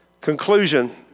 conclusion